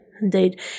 indeed